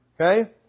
Okay